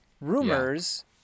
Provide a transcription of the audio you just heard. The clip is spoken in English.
rumors